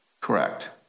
Correct